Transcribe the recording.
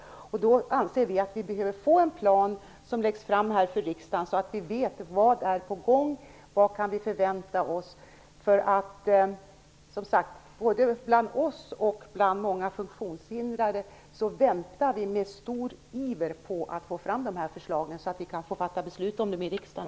Folkpartiet anser att en plan bör läggas fram för riksdagen så att vi vet vad som är på gång och vad vi kan förvänta oss. Både bland oss och bland många funktionshindrade väntar vi med stor iver på att får fram dessa förslag så att vi också kan fatta beslut om dem i riksdagen.